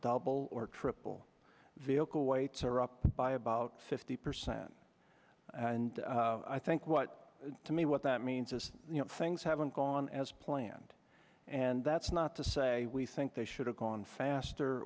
double or triple vehicle weights are up by about fifty percent and i think what to me what that means is you know things haven't gone as planned and that's not to say we think they should have gone faster